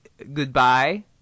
Goodbye